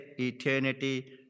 eternity